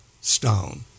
stone